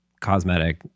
Cosmetic